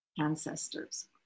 ancestors